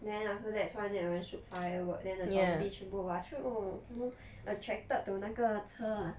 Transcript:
then after that 突然间有人 shoot firework then the zombie 全部 attracted to 那个车 ah